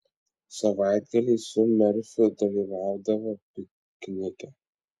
savaitgaliais su merfiu dalyvaudavo piknike